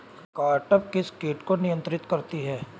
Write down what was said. Cartap किस किट को नियंत्रित करती है?